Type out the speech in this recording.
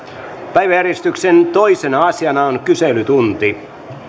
päiväjärjestyksen toisena asiana on suullinen kyselytunti